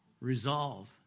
Resolve